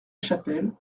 chapelle